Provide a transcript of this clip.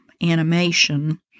animation